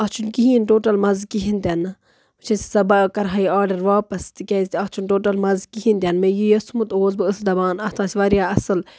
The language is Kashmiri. اَتھ چھُنہٕ کِہیٖنٛۍ ٹوٹَل مَزٕ کِہیٖنٛۍ تہِ نہٕ بہٕ چھَس سبا بہٕ کَرٕہا یہِ آرڈَر واپَس تِکیٛاز تَتھ چھُنہٕ ٹوٹَل مَزٕ کِہیٖنٛۍ تہِ نہٕ مےٚ یی یوٚژھمُت اوس بہٕ ٲسٕس دپان اَتھ آسہِ واریاہ اَصٕل